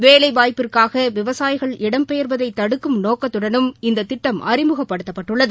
வேலை வாய்ப்பிற்காக விவசாயிகள் இடம்பெயர்வதை தடுக்கும் நோக்கத்தடனும் இந்த திட்டம் அறிமுகப்படுத்தப்பட்டுள்ளது